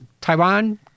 Taiwan